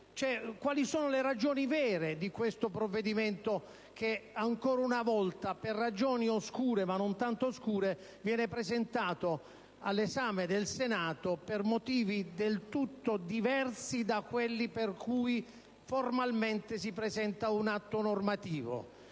quali sono le ragioni vere del provvedimento in discussione, che ancora una volta, per ragioni oscure ma non tanto, viene presentato all'esame del Senato per motivi del tutto diversi da quelli per cui formalmente si presenta un atto normativo.